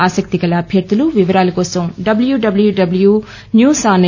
ఆసక్తి క అభ్యర్థు వివరా కోసం డబ్ల్యూడబ్ల్యూడబ్ల్యూన్యూస్ఆన్ ఎ